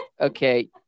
okay